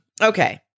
Okay